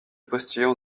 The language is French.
postillon